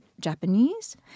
Japanese